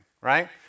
right